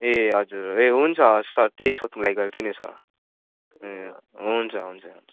ए हजुर ए हुन्छ हवस् सर त्यही सोध्नुको लागि गरेको थिएँ नि सर ए हुन्छ हुन्छ हुन्छ